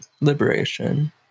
liberation